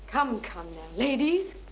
come, come, now, ladies.